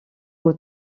aux